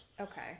okay